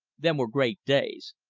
them was great days!